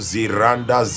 Ziranda